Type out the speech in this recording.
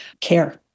care